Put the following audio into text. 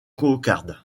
cocarde